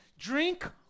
Drink